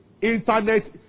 Internet